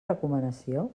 recomanació